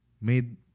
made